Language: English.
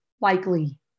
likely